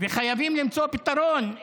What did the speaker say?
וצריך למצוא פתרון.